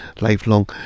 lifelong